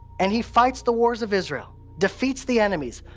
and he fights the wars of israel, defeats the enemies,